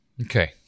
Okay